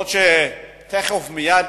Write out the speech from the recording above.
אף-על-פי שתיכף ומייד,